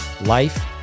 Life